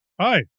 hi